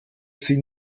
sie